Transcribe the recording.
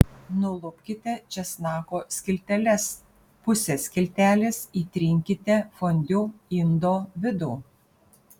nulupkite česnako skilteles puse skiltelės įtrinkite fondiu indo vidų